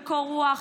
בקור רוח,